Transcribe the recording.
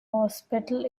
hospital